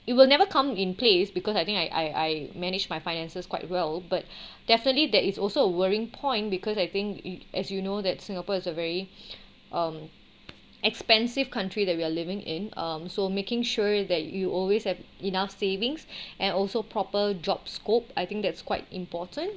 it will never come in place because I think I I manage my finances quite well but definitely there is also a worrying point because I think you as you know that singapore is a um very expensive country that we are living in um so making sure that you always have enough savings and also proper job scope I think that's quite important